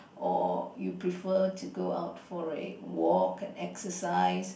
or you prefer to go out for a walk and exercise